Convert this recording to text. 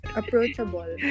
approachable